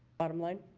bottom line.